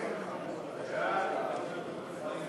פטור ממס רכישה), התשע"ה 2015, נתקבלה.